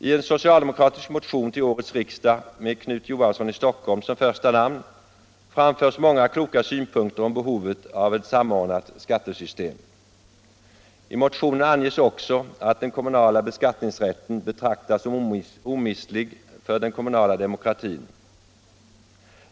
I en socialdemokratisk motion till årets riksmöte med Knut Johansson i Stockholm som första namn anläggs många kloka synpunkter på behovet av samordnat skattesystem. I motionen anges också att den kommunala beskattningsrätten betraktas som omistlig för den kommunala demokratin.